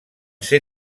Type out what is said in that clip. ser